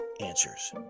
answers